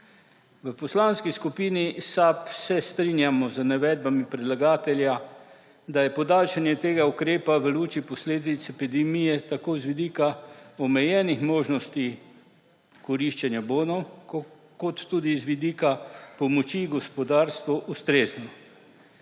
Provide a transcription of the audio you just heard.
V Poslanski skupini SAB se strinjamo z navedbami predlagatelja, da je podaljšanje tega ukrepa v luči posledic epidemije tako z vidika omejenih možnosti koriščenja bonov kot tudi z vidika pomoči gospodarstvu ustrezno,